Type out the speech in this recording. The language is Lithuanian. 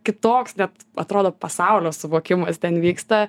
kitoks net atrodo pasaulio suvokimas ten vyksta